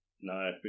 No